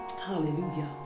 hallelujah